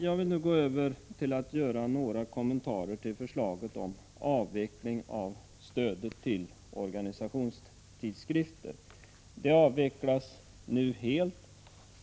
Jag övergår nu till att göra några kommentarer till förslaget om avveckling av stödet till organisationstidskrifter. Det avvecklas nu helt.